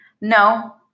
No